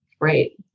great